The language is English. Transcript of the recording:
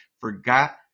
forgot